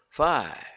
five